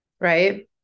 Right